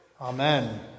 Amen